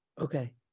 Okay